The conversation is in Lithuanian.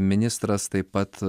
ministras taip pat